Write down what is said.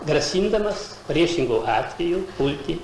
grasindamas priešingu atveju pulti